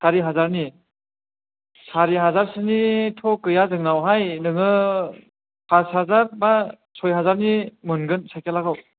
सारि हाजारनि सारि हाजारसोनिथ' गैया जोंनावहाय नोङो फास हाजार बा सय हाजारनि मोनगोन साइकेलखौ